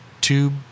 tube